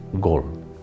goal